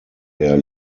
der